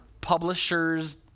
publisher's